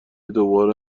دوباره